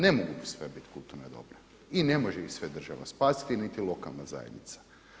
Ne mogu sve bit kulturna dobra i ne može ih sve država spasiti, niti lokalna zajednica.